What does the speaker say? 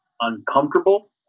uncomfortable